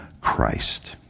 Christ